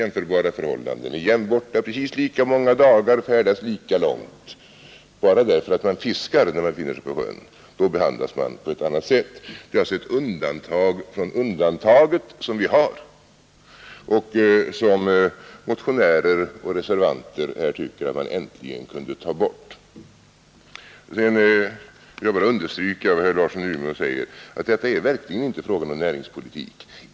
Man kan i övrigt ha helt jämförbara förhållanden, vara borta lika länge och färdas precis lika långt, man behandlas ändå på annat sätt bara därför att man fiskar när man befinner sig på sjön. Motionärer och reservanter har tyckt att vi äntligen borde kunna ta bort detta undantag från undantaget. Sedan vill jag understryka vad herr Larsson i Umeå sade, nämligen att här är det verkligen inte fråga om näringspolitik.